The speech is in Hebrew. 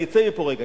אני אצא מפה רגע,